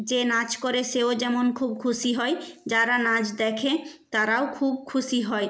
যে নাচ করে সেও যেমন খুব খুশি হয় যারা নাচ দেখে তারাও খুব খুশি হয়